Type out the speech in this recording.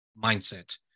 mindset